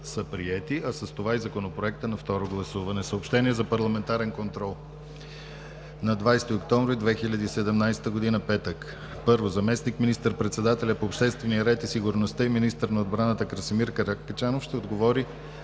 приети, а с това и Законопроектът на второ гласуване. Съобщение за парламентарен контрол на 20 октомври 2017 г., петък: 1. Заместник министър-председателят по обществения ред и сигурността и министър на отбраната Красимир Каракачанов ще отговори